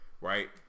right